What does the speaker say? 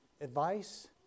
Advice